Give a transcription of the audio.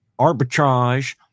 Arbitrage